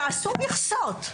תעשו מכסות.